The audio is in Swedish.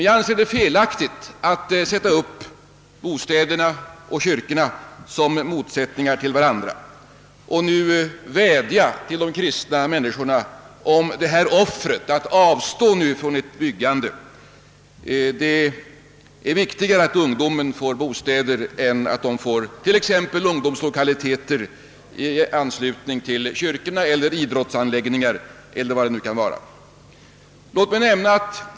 Jag anser det emellertid felaktigt att sätta upp bostäderna och kyrkorna som motsättningar till varandra och att vädja till de kristna människorna om det offer det innebär att avstå från ett byggande för kyrkliga ändamål, eftersom det skulle vara viktigare att ungdomen får bostäder än att den får t.ex. ungdomslokaler i anslutning till kyrkor, idrottsanläggningar eller vad det nu kan vara fråga om.